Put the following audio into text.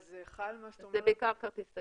זה בעיקר כרטיסי חיוב.